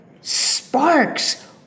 sparks